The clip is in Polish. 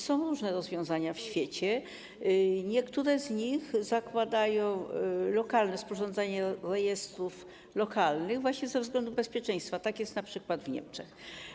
Są różne rozwiązania na świecie, niektóre z nich zakładają lokalne sporządzanie rejestrów lokalnych właśnie ze względów bezpieczeństwa, tak jest np. w Niemczech.